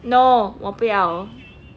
no 我不要